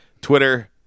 Twitter